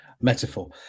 metaphor